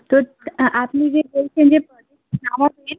তো আপনি যে বলছেন যে প্রোজেক্ট নামাবেন